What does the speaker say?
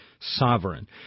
sovereign